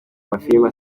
mafilimi